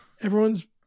everyone's